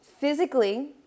Physically